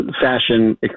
fashion